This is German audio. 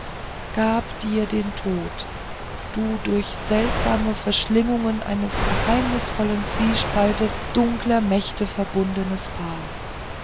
gab dir den tod du durch seltsame verschlingungen eines geheimnisvollen zwiespalts dunkler mächte verbundenes paar